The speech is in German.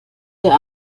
der